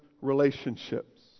relationships